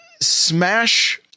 smash